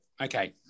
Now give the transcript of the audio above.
Okay